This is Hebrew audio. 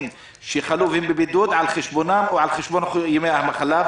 שחלו והם בבידוד על חשבונם או על חשבון ימי המחלה.